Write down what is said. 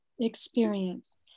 experience